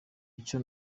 icyo